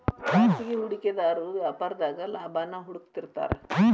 ಖಾಸಗಿ ಹೂಡಿಕೆದಾರು ವ್ಯಾಪಾರದಾಗ ಲಾಭಾನ ಹುಡುಕ್ತಿರ್ತಾರ